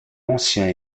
anciens